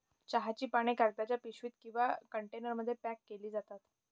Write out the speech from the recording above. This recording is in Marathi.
चहाची पाने कागदाच्या पिशवीत किंवा कंटेनरमध्ये पॅक केली जातात